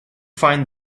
find